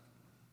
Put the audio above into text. קטן.